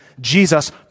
Jesus